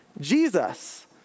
Jesus